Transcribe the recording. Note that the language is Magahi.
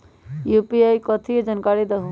यू.पी.आई कथी है? जानकारी दहु